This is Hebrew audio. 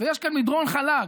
ויש כאן מדרון חלק,